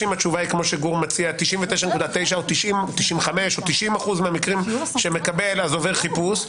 שאם 99.9% או 95% או 90% מהמקרים שמקבל אז עובר חיפוש.